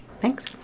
Thanks